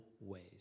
ways